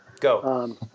Go